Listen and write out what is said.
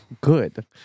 good